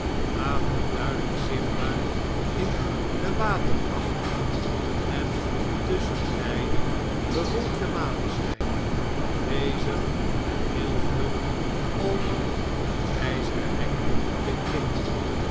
tamelp duidelp zichtbaar in den waterachtigen en tusschenbeide bewolkten maneschijn bezig met heel vlug over een peren hek te klimmen